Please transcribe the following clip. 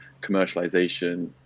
commercialization